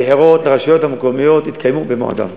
הבחירות לרשויות המקומיות יתקיימו במועדן.